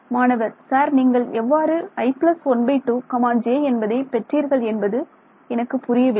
மாணவர் சார் நீங்கள் எவ்வாறு i 12 j என்பதை பெற்றீர்கள் என்பது எனக்கு புரியவில்லை